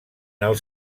els